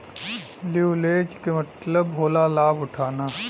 leverage के मतलब होला लाभ उठाना